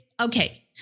Okay